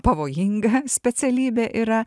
pavojinga specialybė yra